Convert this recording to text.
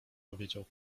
powiedział